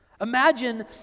Imagine